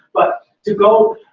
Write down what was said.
but to go.